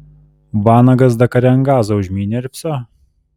vanagas dakare ant gazo užmynė ir vsio